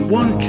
one